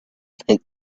think